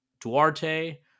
Duarte